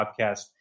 podcast